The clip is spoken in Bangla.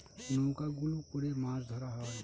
নৌকা গুলো করে মাছ ধরা হয়